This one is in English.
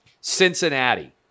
Cincinnati